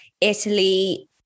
Italy